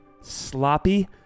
sloppy